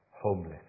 homeless